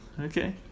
Okay